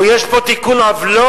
או יש פה תיקון עוולות?